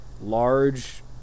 large